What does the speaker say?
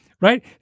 Right